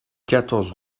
quatorze